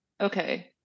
Okay